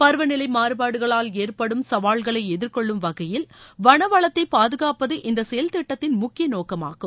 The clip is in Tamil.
பருவ நிலை மாறுபாடுகளால் ஏற்படும் சாவல்களை எதிர்கொள்ளும் வகையில் வனவளத்தை பாதுகாப்பது இந்த செயல் திட்டத்தின் முக்கிய நோக்கமாகும்